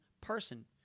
person